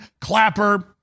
Clapper